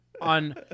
on